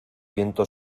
viento